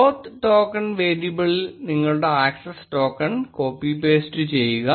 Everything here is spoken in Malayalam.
oauth ടോക്കൺ വേരിയബിളിൽ നിങ്ങളുടെ അക്സസ്സ് ടോക്കൺ കോപ്പി പേസ്റ്റ് ചെയ്യുക